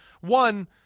One